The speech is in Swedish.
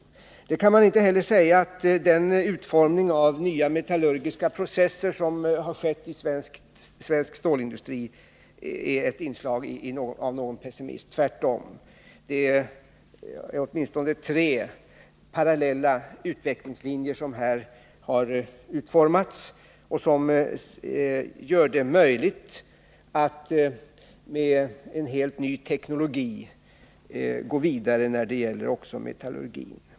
Man kan inte heller säga att den utformning av nya metallurgiska processer som skett inom svensk stålindustri är ett utslag av någon pessimism — tvärtom. Det är åtminstone tre parallella utvecklingslinjer som har utformats och som gör det möjligt att gå vidare med en helt ny teknologi inom metallurgin.